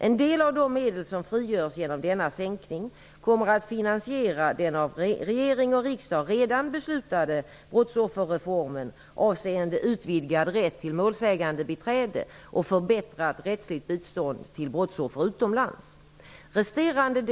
En del av de medel som frigörs genom denna sänkning kommer att finansiera den av regering och riksdag redan beslutade brottsofferreformen avseende utvidgad rätt till målsägandebiträde och förbättrat rättsligt bistånd till brottsoffer utomlands (prop. 1993/94:26, bet.